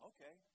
Okay